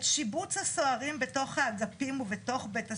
שיבוץ הסוהרים בתוך האגפים ובתוך בית הסוהר.